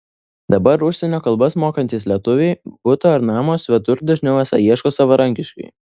dabar užsienio kalbas mokantys lietuviai buto ar namo svetur dažniau esą ieško savarankiškai